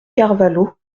carvalho